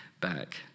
back